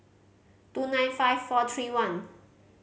two nine five four three one